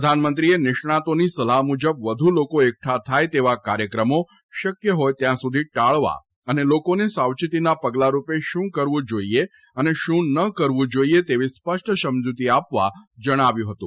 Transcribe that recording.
પ્રધાનમંત્રીએ નિષ્ણાંતોની સલાહ્ મુજબ વધુ લોકો એકઠા થાય તેવા કાર્યક્રમો શક્ય હોય ત્યાં સુધી ટાળવા અને લોકોને સાવચેતીના પગલા રૂપે શું કરવું જોઇએ અને શું ન કરવું જોઇએ તેવી સ્પષ્ટ સમજ્ઞતી આપવા જણાવ્યું હતું